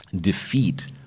defeat